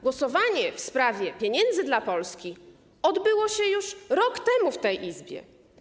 Głosowanie w sprawie pieniędzy dla Polski odbyło się już rok temu w tej Izbie.